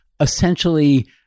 essentially